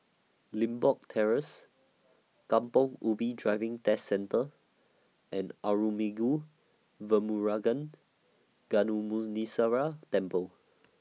Limbok Terrace Kampong Ubi Driving Test Centre and Arulmigu Velmurugan Gnanamuneeswarar Temple